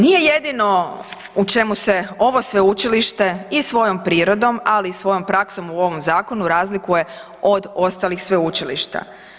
Naime, nije jedino u čemu se ovo sveučilište i svojom prirodom, ali i svojom praksom u ovom zakonu razlikuje od ostalih sveučilišta.